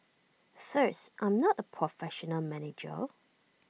first I'm not A professional manager